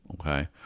Okay